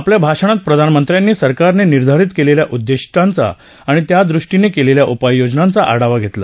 आपल्या भाषणात प्रधानमंत्र्यांनी सरकारने निर्धारित केलेल्या उद्दिष्टांचा आणि त्यादृष्टीनं केलेल्या उपायायोजनांचा आढावा घेतला